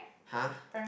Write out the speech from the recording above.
!huh!